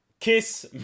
Kiss